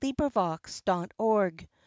LibriVox.org